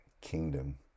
kingdom